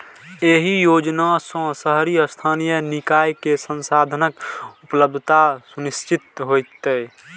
एहि योजना सं शहरी स्थानीय निकाय कें संसाधनक उपलब्धता सुनिश्चित हेतै